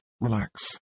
relax